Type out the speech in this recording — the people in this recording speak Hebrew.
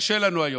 קשה לנו היום.